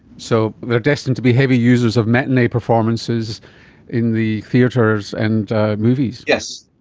so they are destined to be heavy users of matinee performances in the theatres and movies. yes,